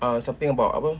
um something about apa